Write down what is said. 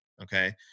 okay